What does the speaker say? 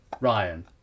ryan